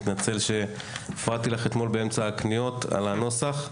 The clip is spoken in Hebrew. אני מתנצל שהפרעתי לך אתמול באמצע הקניות על הנוסח.